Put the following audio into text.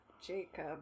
Jacob